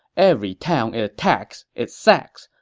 every town it attacks, it sacks.